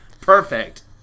Perfect